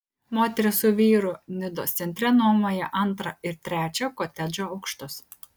moteris su vyru nidos centre nuomoja antrą ir trečią kotedžo aukštus